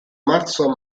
marzo